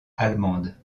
allemande